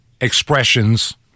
expressions